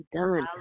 done